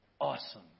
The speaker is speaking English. awesome